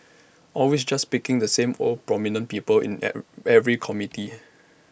always just picking the same old prominent people in every committee